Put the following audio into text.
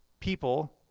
People